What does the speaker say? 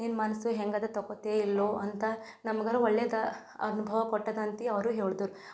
ನಿನ್ನ ಮನಸ್ಸು ಹೆಂಗಿದೆ ತೊಗೊತೆ ಇಲ್ವೋ ಅಂತ ನಮ್ಗಾದ್ರು ಒಳ್ಳೇದೆ ಅನ್ಭವ ಕೊಟ್ಟಿದೆ ಅಂತ ಅವರೂ ಹೇಳ್ದುರ್